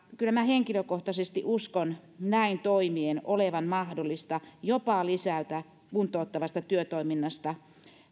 kyllä minä henkilökohtaisesti uskon näin toimien olevan mahdollista jopa lisätä kuntouttavasta työtoiminnasta